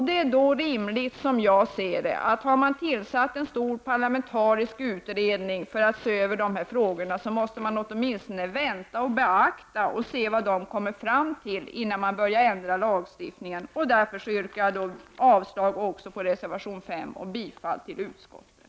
Det är rimligt, som jag ser det, att har man tillsatt en stor parlamentarisk utredning för att se över de här frågorna, måste man också vänta och se vad utredningen kommer fram till, innan man börjar ändra lagstiftningen. Därför yrkar jag avslag också på reservation 5 och bifall till vad utskottet har hemställt.